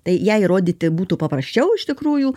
tai ją įrodyti būtų paprasčiau iš tikrųjų